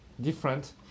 different